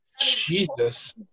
Jesus